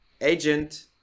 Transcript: agent